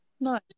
no